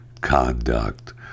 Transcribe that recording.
conduct